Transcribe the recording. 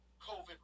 COVID